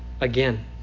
again